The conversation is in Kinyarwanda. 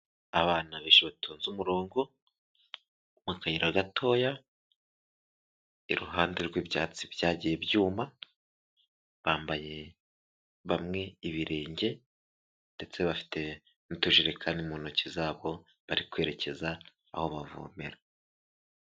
Abana benshi batonze umurongo mu kayira gatoya iruhande rw'ibyatsi byagiye byuma, bambaye bamwe ibirenge ndetse bafite n'utujerekani mu ntoki zabo bari kwerekeza aho bavomera.